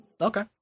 Okay